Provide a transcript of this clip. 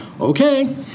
okay